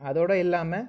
அதோடய இல்லாமல்